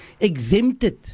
exempted